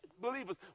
Believers